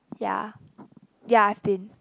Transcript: ya ya I've been